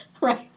Right